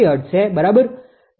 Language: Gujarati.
0